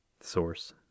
Source